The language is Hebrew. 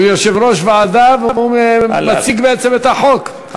הוא יושב-ראש ועדה והוא מציג בעצם את החוק,